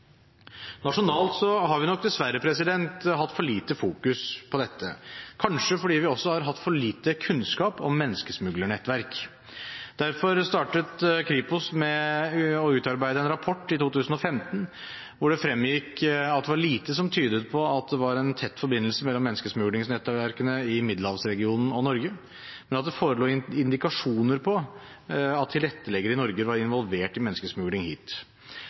har vi dessverre fokusert for lite på dette, kanskje fordi vi har hatt for lite kunnskap om menneskesmuglernettverk. Derfor startet Kripos med å utarbeide en rapport i 2015, hvor det fremgikk at det var lite som tydet på at det var en tett forbindelse mellom menneskesmuglernettverkene i Middelhavs-regionen og Norge, men at det forelå indikasjoner på at tilretteleggere i Norge var involvert i menneskesmugling hit.